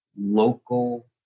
local